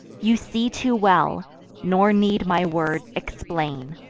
you see too well nor need my words explain.